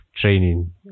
training